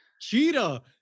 Cheetah